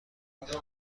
نمیدم